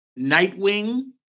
Nightwing